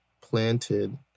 planted